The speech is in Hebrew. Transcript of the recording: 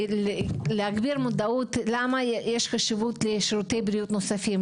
להגביר את המודעות של שירותי בריאות נוספים .